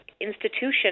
institution